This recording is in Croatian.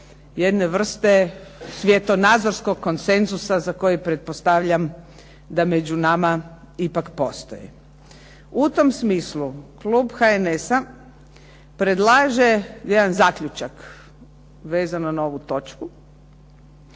jedne vrste svjetonazorskog konsenzusa za kojeg pretpostavljam da među nama ipak postoje. U tom smislu klub HNS-a predlaže jedan zaključak vezano za ovu točku,